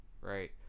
right